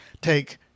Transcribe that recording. take